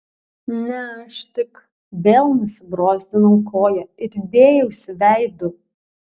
ne aš tik vėl nusibrozdinau koją ir dėjausi veidu